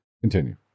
Continue